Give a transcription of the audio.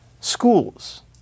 schools